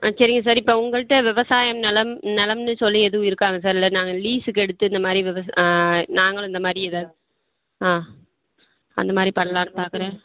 ஆ சரிங்க சார் இப்போ உங்கள்ட்ட விவசாயம் நிலம் நிலம்னு சொல்லி எதுவும் இருக்காங்க சார் இல்லை நாங்கள் லீஸுக்கு எடுத்து இந்த மாதிரி விவசாயி நாங்களும் இந்த மாதிரி ஏதாவது ஆ அந்த மாதிரி பண்ணலான்னு பார்க்குறேன்